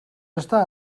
està